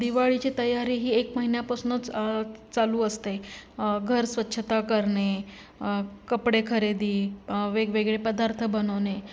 दिवाळीची तयारी ही एक महिन्यापासूनच चालू असते घर स्वच्छता करणे कपडे खरेदी वेगवेगळे पदार्थ बनवणे